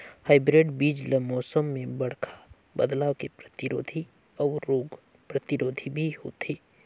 hybrid बीज ल मौसम में बड़खा बदलाव के प्रतिरोधी अऊ रोग प्रतिरोधी भी होथे